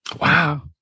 wow